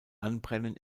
anbrennen